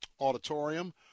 auditorium